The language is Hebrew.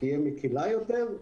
שתהיה מקלה יותר.